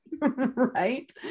Right